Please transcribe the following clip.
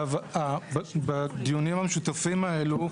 בדיונים המשותפים האלה,